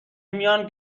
میان